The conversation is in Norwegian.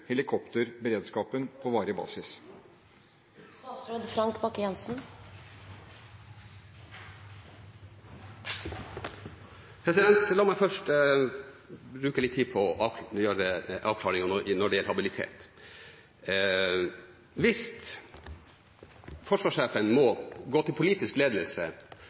helikopterberedskapen på varig basis? La meg først bruke litt tid på avklaringen når det gjelder habilitet. Hvis forsvarssjefen må gå til politisk ledelse